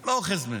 לא אוחז מהם,